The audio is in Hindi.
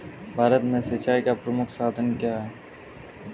भारत में सिंचाई का प्रमुख साधन क्या है?